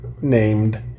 named